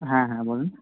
হ্যাঁ হ্যাঁ বলুন